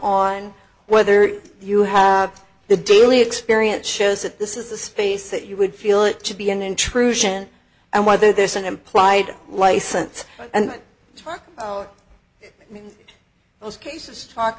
on whether you have the daily experience shows that this is the space that you would feel it should be an intrusion and whether there's an implied license and trunk those cases t